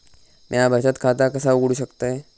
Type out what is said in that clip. म्या बचत खाता कसा उघडू शकतय?